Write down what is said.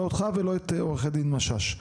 לא אותך ולא את עורכת דין משש.